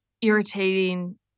irritating